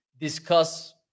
discuss